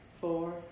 four